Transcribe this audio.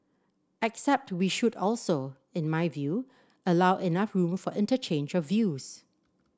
except we should also in my view allow enough room for interchange of views